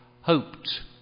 hoped